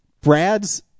Brad's